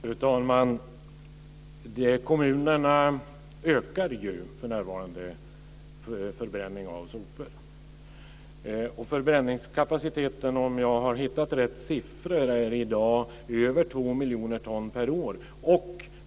Fru talman! Kommunerna ökar för närvarande förbränningen av sopor. Förbränningskapaciteten, om jag har hittat rätt siffror, är i dag över 2 miljoner ton per år.